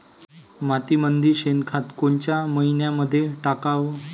मातीमंदी शेणखत कोनच्या मइन्यामंधी टाकाव?